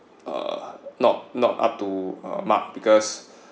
uh not not up to uh mark because